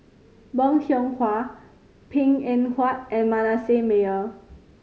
Bong Hiong Hwa Png Eng Huat and Manasseh Meyer